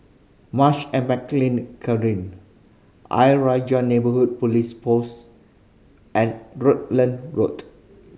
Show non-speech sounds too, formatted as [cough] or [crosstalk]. Marsh and McLennan [unintelligible] Ayer Rajah Neighbourhood Police Post and Rutland Road